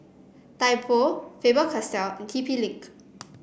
Typo Faber Castell and T P Link